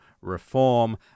reform